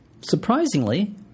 surprisingly